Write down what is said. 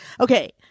Okay